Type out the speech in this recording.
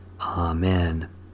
Amen